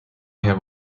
have